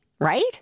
right